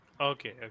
Okay